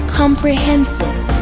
comprehensive